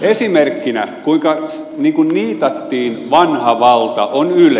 esimerkkinä siitä kuinka niitattiin vanha valta on yle